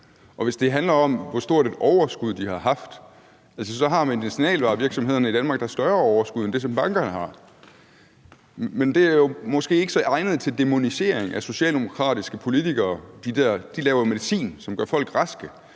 hvis det handler om, hvor stort et overskud de har haft, så har medicinalvarevirksomhederne i Danmark da større overskud end det, som bankerne har, men det er måske ikke egnet til at blive dæmoniseret af socialdemokratiske politikere. De laver medicin, som gør folk raske,